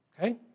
Okay